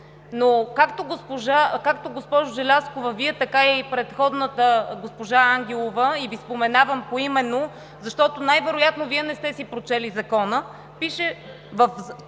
Но както, госпожо Желязкова, Вие, така и предходната госпожа Ангелова – и Ви споменавам поименно, защото най-вероятно Вие не сте си прочели Закона, в